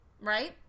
Right